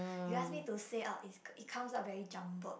you ask me to say out it it comes out very jumbled